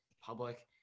public